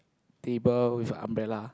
table with a umbrella